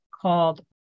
called